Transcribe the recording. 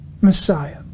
Messiah